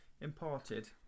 Imported